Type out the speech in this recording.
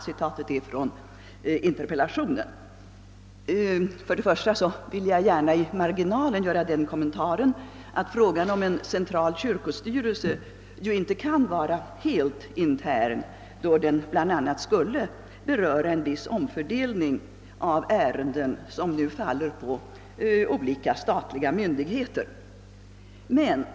Citatet är hämtat ur interpellationen. Först och främst vill jag göra den kommentaren i marginalen att frågan om en central kyrkostyrelse ju inte kan vara helt intern, eftersom den bl.a. skulle beröra en viss omfördelning av ärenden som nu faller på olika statliga myndigheter.